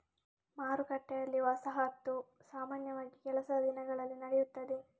ಮಾರುಕಟ್ಟೆಯಲ್ಲಿ, ವಸಾಹತು ಸಾಮಾನ್ಯವಾಗಿ ಕೆಲಸದ ದಿನಗಳಲ್ಲಿ ನಡೆಯುತ್ತದೆ